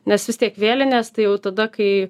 nes vis tiek vėlinės tai jau tada kai